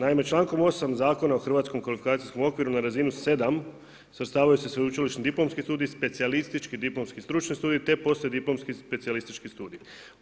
Naime, člankom 8. Zakona o hrvatskom kvalifikacijskom okviru na razinu 7 svrstavaju se sveučilišni diplomski studiji, specijalistički diplomski stručni studiji, te poslijediplomski specijalistički studiji.